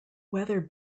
weather